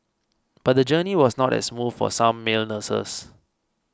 but the journey was not as smooth for some male nurses